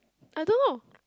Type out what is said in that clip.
I don't know